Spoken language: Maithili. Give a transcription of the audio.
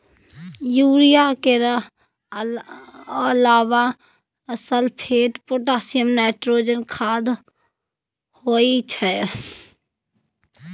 युरिया केर अलाबा सल्फेट, पोटाशियम, नाईट्रोजन खाद होइ छै